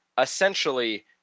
essentially